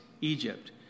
Egypt